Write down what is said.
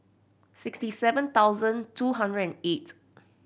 sixty seven thousand two hundred and eight